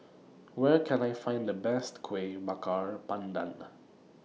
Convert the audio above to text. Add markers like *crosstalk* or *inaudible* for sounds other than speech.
Where Can I Find The Best Kueh Bakar Pandan *noise*